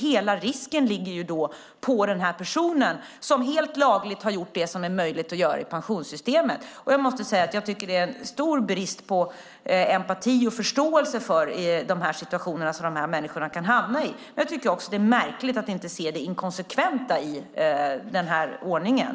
Hela risken ligger på personen som helt lagligt har gjort det som är möjligt att göra i pensionssystemet. Det är en stor brist på empati och förståelse för den situation som dessa människor kan hamna i. Det är märkligt att inte se det inkonsekventa i den ordningen.